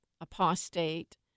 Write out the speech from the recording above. apostate